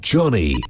Johnny